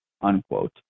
unquote